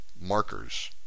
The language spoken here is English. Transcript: markers